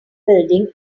building